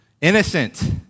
innocent